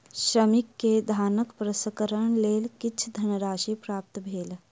श्रमिक के धानक प्रसंस्करणक लेल किछ धनराशि प्राप्त भेल